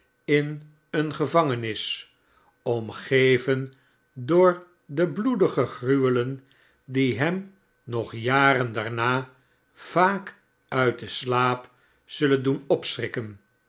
in een gevangenis om geven door de bloedige gruwelen die hem nog jaren daarna vaak uit den slaap zullendoen opschrikken